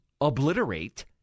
obliterate